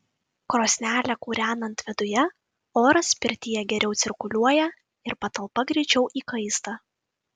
krosnelę kūrenant viduje oras pirtyje geriau cirkuliuoja ir patalpa greičiau įkaista